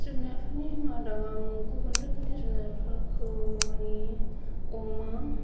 जुनारफोरनि मादाव आं गुबुन रोखोमनि जुनारफोरखौ माने अमा